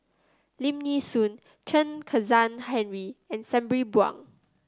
Lim Nee Soon Chen Kezhan Henri and Sabri Buang